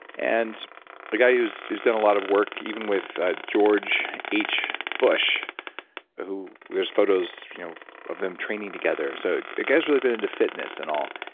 and a guy who's who's done a lot of work even with ah george h. bush who, there's photos you know of them training together. the so ah guy's really been into fitness and all.